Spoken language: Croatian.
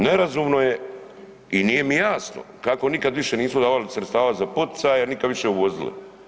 Nerazumno je i nije mi jasno kako nikad više nismo davali sredstava za poticaje, nikad više uvozili.